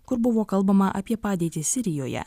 kur buvo kalbama apie padėtį sirijoje